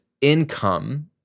income